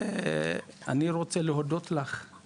אני רוצה להודות לך על